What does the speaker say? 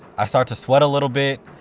i start to sweat a little bit.